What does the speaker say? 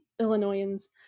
Illinoisans